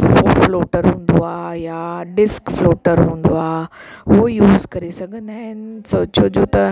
floater हूंदो आहे या ॾिस्क फ्लोटर हूंदो आहे उहो यूस करे सघंदा आहिनि छो जो त